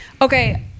Okay